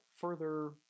Further